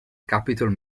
capitol